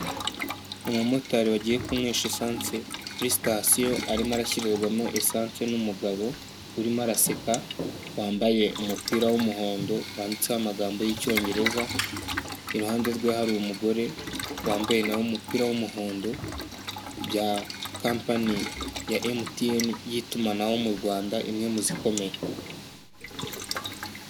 Umumotari wagiye kunywesha esanse kuri sitasiyo arimo arashyirirwamo esanse n'umugabo urimo araseka wambaye umupira w'umuhondo wanditseho amagambo y'icyongereza, iruhande rwe hari umugore wambaye nawe umupira w'umuhondo bya kampani ya MTN y'itumanaho mu Rwanda imwe muzikomeye.